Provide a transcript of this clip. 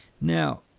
Now